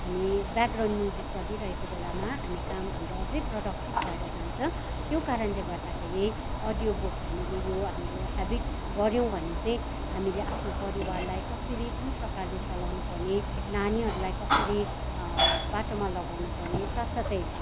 हामी background music चलिरहेको बेलामा हामी काम हाम्रो अझै प्रोडक्टिब भएर जान्छ त्यो कारणले गर्दाखेरि अडियो बुक हामीले यो हाम्रो ह्याबिट गऱ्यौँ भने चाहिँ हामीले आफ्नो परिवारलाई कसरी कुन प्रकारले चलाउनु पर्ने नानीहरूलाई कसरी बाटोमा लगाउनु पर्ने साथ साथै